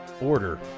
order